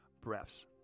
breaths